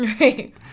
Right